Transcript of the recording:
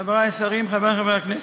חברי השרים, חברי חברי הכנסת,